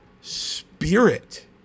spirit